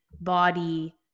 body